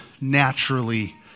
naturally